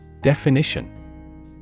definition